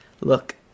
look